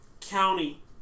county